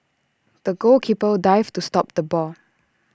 the goalkeeper dived to stop the ball